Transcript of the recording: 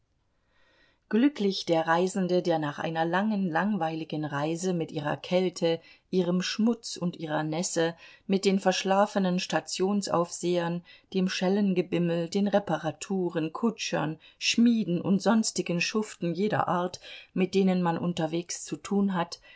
glücklich der reisende der nach einer langen langweiligen reise mit ihrer kälte ihrem schmutz und ihrer nässe mit den verschlafenen stationsaufsehern dem schellengebimmel den reparaturen kutschern schmieden und sonstigen schuften jeder art mit denen man unterwegs zu tun hat